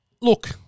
Look